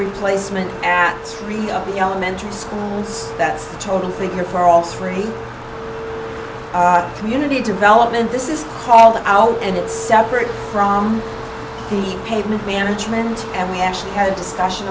replacement and three elementary school that's a total figure for all three community development this is called out and it's separate from the pavement management and we actually had discussion